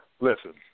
Listen